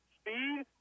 Speed